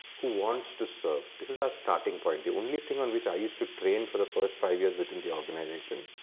who wants to serve. this is a starting point. the only thing on which i used to train for the first five years within the organization,